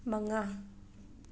ꯃꯉꯥ